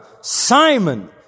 Simon